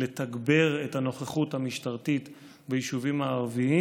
לתגבר את הנוכחות המשטרתית ביישובים הערביים.